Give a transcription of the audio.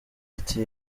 ati